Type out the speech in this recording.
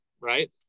right